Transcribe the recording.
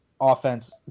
offense